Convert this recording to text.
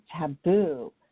taboo